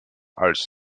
als